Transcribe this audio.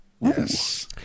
Yes